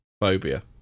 phobia